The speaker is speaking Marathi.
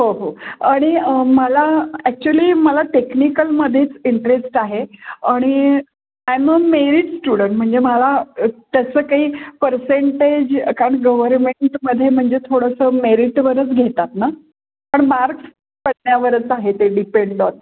हो हो आणि मला ॲक्च्युली मला टेक्निकलमधेच इंटरेस्ट आहे आणि आयम अ मेरीट स्टुडंट म्हणजे मला तसं काही परसेंटेज कारण गव्हर्मेंटमधे म्हणजे थोडंसं मेरीटवरच घेतात ना पण मार्क्स पडण्यावरच आहे ते डिपेंड ऑन